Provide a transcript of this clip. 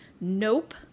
Nope